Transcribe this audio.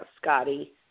Scotty